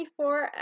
24